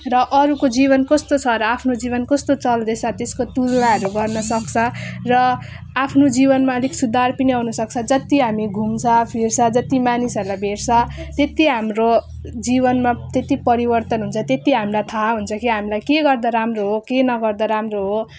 र अरूको जीवन कस्तो छ र आफ्नो जीवन कस्तो चल्दैछ त्यसको तुलनाहरू गर्नसक्छ र आफ्नो जीवनमा अलिक सुधार पनि आउनसक्छ जत्ति हामी घुम्छ फिर्छ जत्ति मानिसहरूलाई भेट्छ त्यत्ति हाम्रो जीवनमा त्यत्ति परिवर्तन हुन्छ त्यत्ति हामीलाई थाहा हुन्छ कि हामीलाई के गर्दा राम्रो हो के नगर्दा राम्रो हो